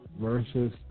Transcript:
versus